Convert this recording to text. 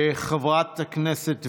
חברת הכנסת וולדיגר,